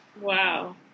Wow